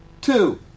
Two